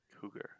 Cougar